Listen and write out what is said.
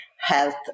health